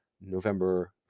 November